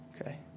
Okay